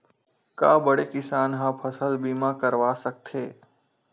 का बड़े किसान ह फसल बीमा करवा सकथे?